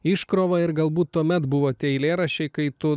iškrova ir galbūt tuomet buvo tie eilėraščiai kai tu